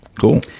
Cool